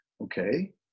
Okay